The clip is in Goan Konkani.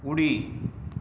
उडी